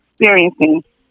experiencing